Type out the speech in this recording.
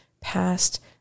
past